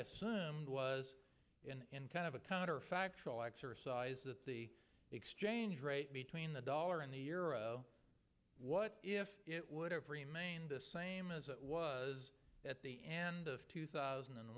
assumed was in kind of a counterfactual exercise that the exchange rate between the dollar and the euro what if it would have remained the same as it was at the end of two thousand and